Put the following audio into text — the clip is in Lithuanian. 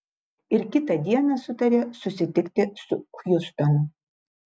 ir kitą dieną sutarė susitikti su hjustonu